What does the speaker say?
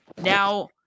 Now